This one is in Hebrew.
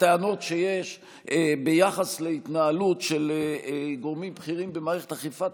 הטענות שיש ביחס להתנהלות של גורמים בכירים במערכת אכיפת